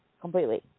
Completely